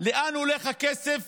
לאן הולך הכסף